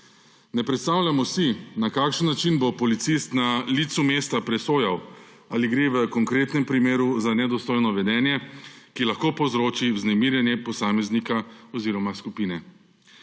Ne predstavljamo si, na kakšen način bo policist na licu mesta presojal, ali gre v konkretnem primeru za nedostojno vedenje, ki lahko povzroči vznemirjenje posameznika oziroma skupine.